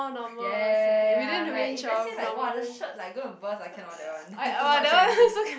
ya ya ya ya ya ya like if let's say !wah! the shirt like going to burst I cannot that one too much already